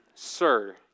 Sir